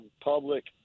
public